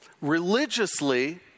Religiously